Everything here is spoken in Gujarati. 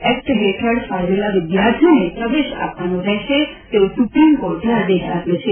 એકટ હેઠળ ફાળવેલ વિદ્યાર્થીઓને પ્રવેશ આપવાનો રહેશે તેવો સુપ્રિમ કોર્ટે આદેશ આપ્યો છે